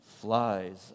Flies